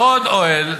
ועוד אוהל,